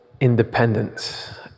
independence